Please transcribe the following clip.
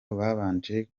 babanje